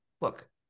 look